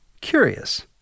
Curious